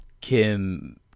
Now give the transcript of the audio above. Kim